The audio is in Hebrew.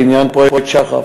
בעניין פרויקט שח"ף,